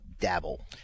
dabble